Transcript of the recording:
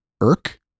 Irk